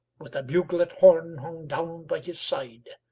with a buglet horn hung down by his side,